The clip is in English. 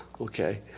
Okay